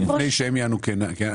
כן.